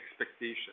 expectation